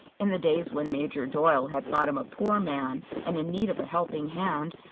in the days when major doyle had thought him a poor man and in need of a helping hand,